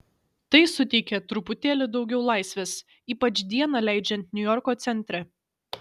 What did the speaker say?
tai suteikia truputėlį daugiau laisvės ypač dieną leidžiant niujorko centre